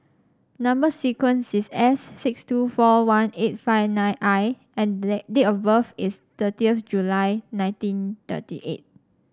number sequence is S six two four one eight five nine I and date of birth is thirty of July nineteen thirty eight